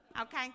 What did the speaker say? Okay